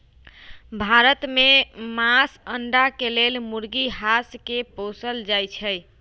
भारत में मास, अण्डा के लेल मुर्गी, हास के पोसल जाइ छइ